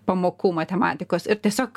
pamokų matematikos ir tiesiog